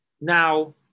Now